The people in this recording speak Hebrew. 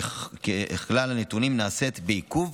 כלל הנתונים נעשית בעיכוב,